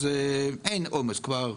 אז אין עומס כבר,